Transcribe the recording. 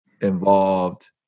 involved